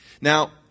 Now